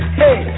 hey